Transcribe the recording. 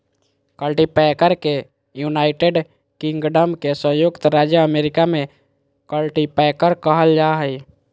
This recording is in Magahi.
कल्टीपैकर के यूनाइटेड किंगडम में संयुक्त राज्य अमेरिका में कल्टीपैकर कहल जा हइ